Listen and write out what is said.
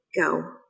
go